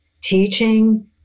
teaching